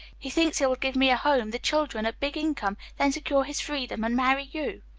he thinks he will give me a home, the children, a big income then secure his freedom and marry you.